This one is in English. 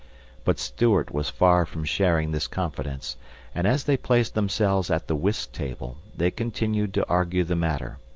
but stuart was far from sharing this confidence and, as they placed themselves at the whist-table, they continued to argue the matter.